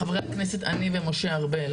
בכל מקרה חברי הכנסת אני ומשה ארבל